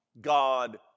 God